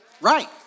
Right